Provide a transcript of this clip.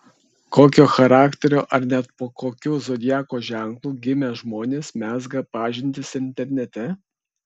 kokio charakterio ar net po kokiu zodiako ženklu gimę žmonės mezga pažintis internete